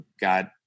got